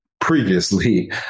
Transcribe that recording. previously